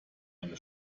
eine